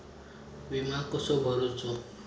विमा कसो भरूचो?